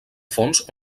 fons